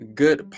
good